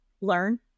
learn